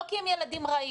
לא כי הם ילדים רעים,